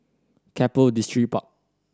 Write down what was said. Keppel Distripark